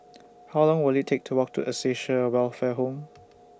How Long Will IT Take to Walk to Acacia Welfare Home